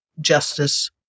Justice